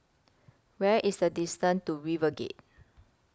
Where IS The distance to RiverGate